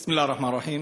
בסם אללה א-רחמאן א-רחים.